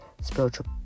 spiritual